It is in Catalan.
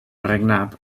regnat